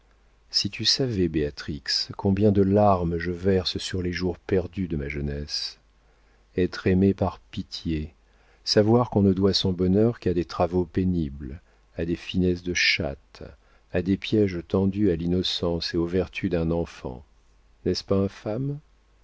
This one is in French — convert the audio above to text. si tu savais béatrix combien de larmes je verse sur les jours perdus de ma jeunesse être aimée par pitié savoir qu'on ne doit son bonheur qu'à des travaux pénibles à des finesses de chatte à des piéges tendus à l'innocence et aux vertus d'un enfant